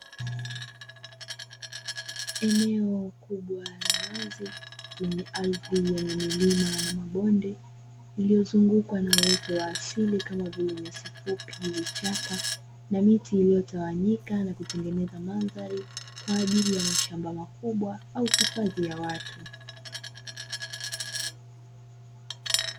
Eneo kubwa la wazi lenye ardhi yenye milima na mabonde lililozungukwa na uoto wa asili kama vile nyasi fupi vichaka na miti iliyogawanyika na kutengeneza mandhari kwa ajili ya mashamba makubwa au hifadhi ya watu.